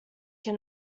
can